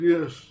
Yes